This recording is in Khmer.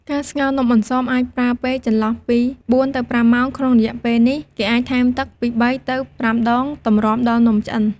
ការស្ងោរនំអន្សម អាចប្រើពេលចន្លោះពី៤ ទៅ៥ម៉ោង ក្នុងរយៈពេលនេះ គេអាចថែមទឹកពី៣ ទៅ៥ដងទម្រាំដល់នំឆ្អិន។